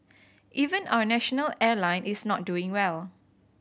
even our national airline is not doing well